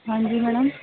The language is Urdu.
ہاں جی میڈم